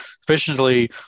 efficiently